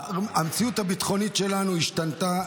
המציאות הביטחונית שלנו השתנתה,